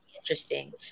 interesting